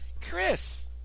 Chris